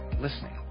listening